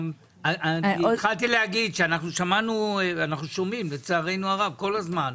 אני התחלתי להגיד שאנחנו שמענו ואנחנו שומעים לצערנו הרב כל הזמן,